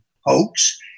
hoax